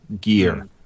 gear